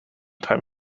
time